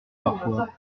parfois